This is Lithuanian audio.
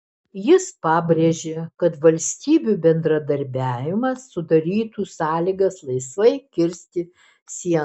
jis pabrėžė kad valstybių bendradarbiavimas sudarytų sąlygas laisvai kirsti sieną